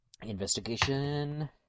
Investigation